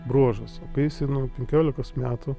bruožus o kai esi nu penkiolikos metų